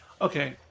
Okay